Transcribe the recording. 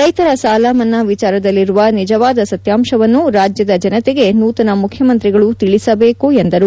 ರೈತರ ಸಾಲಮನ್ನಾ ವಿಚಾರದಲ್ಲಿರುವ ನಿಜವಾದ ಸತ್ಯಾಂಶವನ್ನು ರಾಜ್ಯದ ಜನತೆಗೆ ನೂತನ ಮುಖ್ಯಮಂತ್ರಿಗಳು ತಿಳಿಸಬೇಕು ಎಂದರು